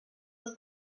els